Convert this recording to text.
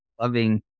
loving